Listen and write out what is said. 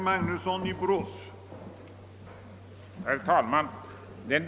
Herr talman!